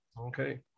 okay